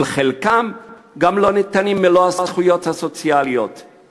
ולחלקם גם לא ניתנות הזכויות הסוציאליות המלאות.